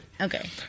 okay